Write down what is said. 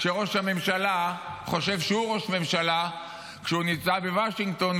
כשראש הממשלה חושב שהוא ראש ממשלה כשהוא נמצא בוושינגטון,